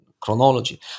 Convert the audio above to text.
chronology